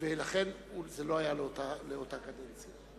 לכן זה לא היה לאותה קדנציה.